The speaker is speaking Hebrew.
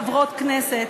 חברות כנסת.